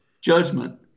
judgment